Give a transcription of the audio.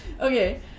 Okay